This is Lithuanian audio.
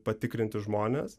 patikrinti žmonės